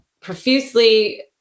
profusely